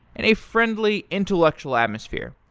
and a friendly, intellectual atmosphere.